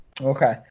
Okay